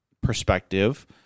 perspective